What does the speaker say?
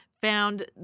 found